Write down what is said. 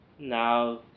now